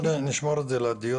אני התחלתי בתהליך של הסדרי האדמות,